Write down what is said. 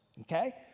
okay